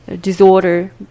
disorder